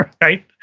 right